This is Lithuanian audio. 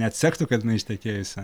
neatsektų kad jinai ištekėjusi